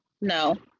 no